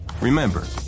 Remember